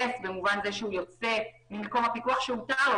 אס במובן הזה שהוא יוצא ממקום הפיקוח שהותר לו,